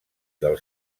del